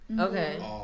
Okay